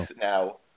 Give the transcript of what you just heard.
now